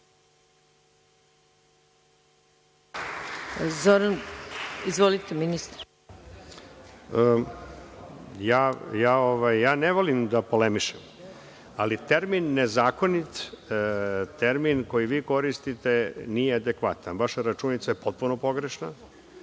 **Dušan Vujović** Ne volim da polemišem, ali termin nezakonit, termin koji vi koristite nije adekvatan. Vaša računica je potpuno pogrešna.